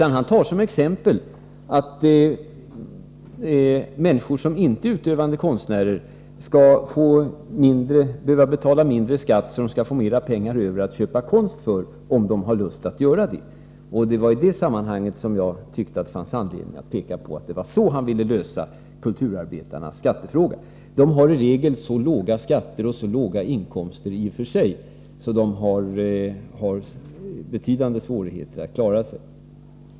Nej, han tar som exempel att människor som inte är utövande konstnärer skall behöva betala mindre skatt, så att de får mer pengar över att köpa konst för, om de har lust att göra det. Det var i det sammanhanget som jag tyckte att det fanns anledning att peka på att det var så han ville lösa kulturarbetarnas skattefråga. De har i regel så låga skatter och så låga inkomster i och för sig att de har betydande svårigheter att klara sig.